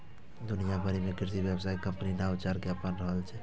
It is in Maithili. दुनिया भरि मे कृषि व्यवसाय कंपनी नवाचार कें अपना रहल छै